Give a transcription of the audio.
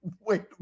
Wait